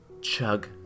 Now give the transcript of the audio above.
chug